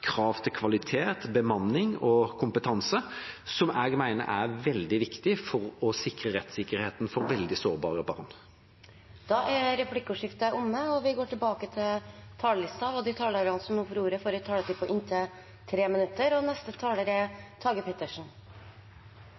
krav til kvalitet, bemanning og kompetanse, som jeg mener er veldig viktig for å sikre rettssikkerheten for veldig sårbare barn. Replikkordskiftet er omme. De talerne som heretter får ordet, har en taletid på inntil 3 minutter.